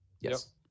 Yes